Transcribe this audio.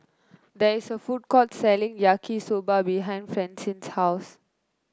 there is a food court selling Yaki Soba behind Francine's house